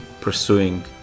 pursuing